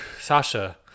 Sasha